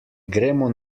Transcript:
gremo